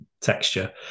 texture